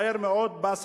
מהר מאוד בא,